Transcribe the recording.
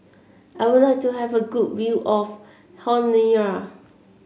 I would like to have a good view of Honiara